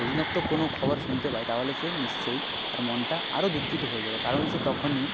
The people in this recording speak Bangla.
ঋণাত্মক কোনও খবর শুনতে পায় তাহলে সে নিশ্চয়ই তার মনটা আরও দুঃখিত হয়ে যাবে কারণ সে তখনই